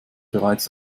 bereits